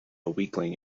weakling